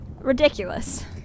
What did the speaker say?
Ridiculous